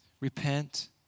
repent